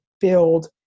build